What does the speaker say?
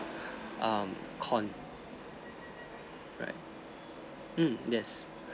um corn right um yes